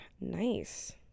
nice